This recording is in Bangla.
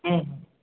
হুম হুম